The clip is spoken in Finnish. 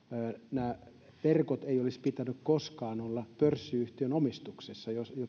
näiden verkkojen ei olisi pitänyt koskaan olla pörssiyhtiön omistuksessa jotta